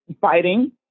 fighting